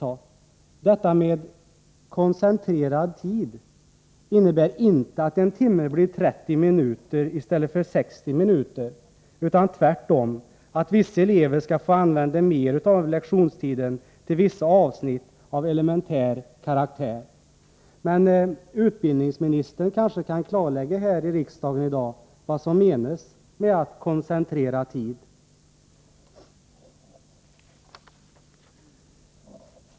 Detta med ”koncentrerad tid” innebär inte att en timme blir 30 minuter i stället för 60 minuter, utan tvärtom att vissa elever skall få använda mer av lektionstiden till vissa avsnitt av elementär karaktär. Men utbildningsministern kanske här i riksdagen i dag kan klarlägga vad som menas med att koncentrera tid.